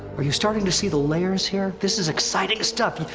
are you starting to see the layers here? this is exciting stuff!